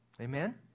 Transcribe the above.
Amen